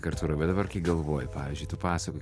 artūrai va dabar kai galvoji pavyzdžiui tu pasakoji